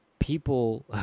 people